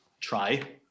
try